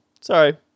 sorry